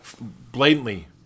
blatantly